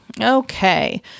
Okay